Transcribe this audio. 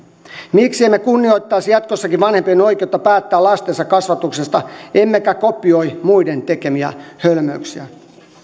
miksi emme kunnioittaisi jatkossakin vanhempien oikeutta päättää lastensa kasvatuksesta emmekä kopioi muiden tekemiä hölmöyksiä